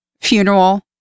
funeral